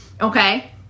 okay